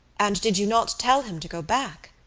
and did you not tell him to go back?